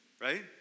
right